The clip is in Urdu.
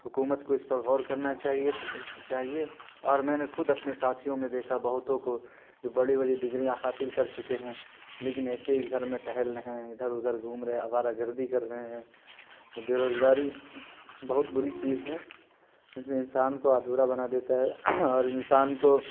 حکومت کو اس پر غور کرنا چاہیے چاہیے اور میں نے خود اپنے ساتھیوں میں دیکھا بہتوں کو جو بڑی بری ڈگریاں حاصل کر چکے ہیں لیکن ایسے ہی گھر میں ٹہل رہے ہیں ادھر ادھر گھوم رہے آوارہ گردی کررہے ہیں بیروزگاری بہت بری چیز ہے جسے انسان کو ادھورا بنا دیتا ہے اور انسان کو